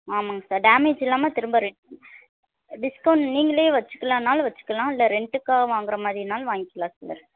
ஆமாங்க sir damage இல்லாமல் திரும்ப ரிட்டன் டிஸ்கவுண்ட் நீங்களே வச்சுக்கலான்னாலும் வச்சுக்கலாம் இல்லை ரெண்ட்டுக்காக வாங்குகிற மாதிரினாலும் வாங்கிக்கலாம் சார்